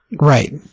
Right